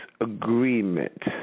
agreement